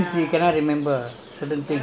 use your brain a little bit